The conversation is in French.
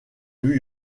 new